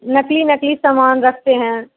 नकली नकली समान रखते हैं